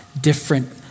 different